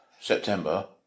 September